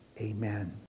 amen